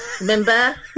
remember